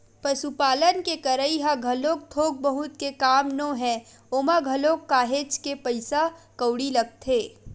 पसुपालन के करई ह घलोक थोक बहुत के काम नोहय ओमा घलोक काहेच के पइसा कउड़ी लगथे